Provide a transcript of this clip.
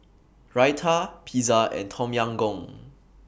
Raita Pizza and Tom Yam Goong